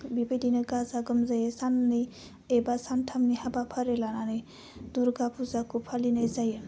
बिबायदिनो गाजा गोमजायै साननै एबा सानथामनि हाबाफारि लानानै दुरगा फुजाखौ फालिनाय जायो